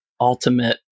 ultimate